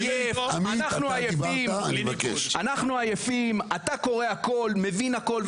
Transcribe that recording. אנחנו עייפים, אתה קורא הכול, מבין הכול.